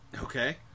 Okay